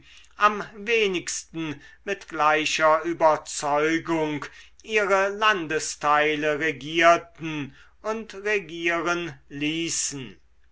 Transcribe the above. am wenigsten mit gleicher überzeugung ihre landesteile regierten und regieren ließen